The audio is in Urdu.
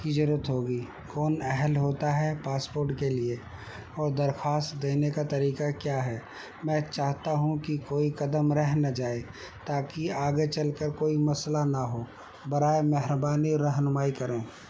کی ضرورت ہوگی کون اہل ہوتا ہے پاسپورٹ کے لیے اور درخواست دینے کا طریقہ کیا ہے میں چاہتا ہوں کہ کوئی قدم رہ نہ جائے تاکہ آگے چل کر کوئی مسئلہ نہ ہو برائے مہربانی رہنمائی کریں